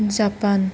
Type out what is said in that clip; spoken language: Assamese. জাপান